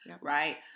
right